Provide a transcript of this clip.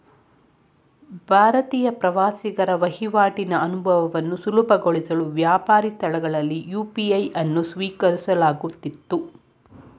ಭಾರತೀಯ ಪ್ರವಾಸಿಗರ ವಹಿವಾಟಿನ ಅನುಭವವನ್ನು ಸುಲಭಗೊಳಿಸಲು ವ್ಯಾಪಾರಿ ಸ್ಥಳಗಳಲ್ಲಿ ಯು.ಪಿ.ಐ ಅನ್ನು ಸ್ವೀಕರಿಸಲಾಗುತ್ತಿತ್ತು